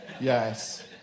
Yes